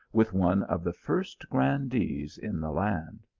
with one of the first gran dees in the land.